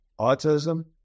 Autism